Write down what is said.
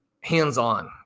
hands-on